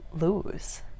lose